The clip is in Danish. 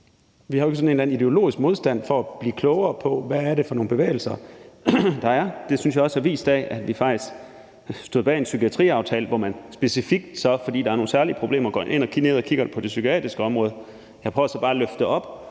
sådan en eller anden ideologisk modstand mod at blive klogere på, hvad det er for nogle bevægelser, der er. Det synes jeg også er vist, ved at vi faktisk stod bag en psykiatriaftale, hvor man så specifikt, fordi der er nogle særlige problemer, går ind og kigger på det psykiatriske område. Jeg prøver så bare at løfte det